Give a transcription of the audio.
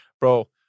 Bro